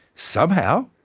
somehow,